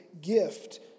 gift